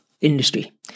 industry